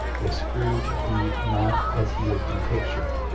if scrooge be not as he has been pictured,